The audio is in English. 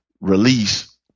release